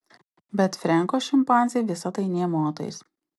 bet frenko šimpanzei visa tai nė motais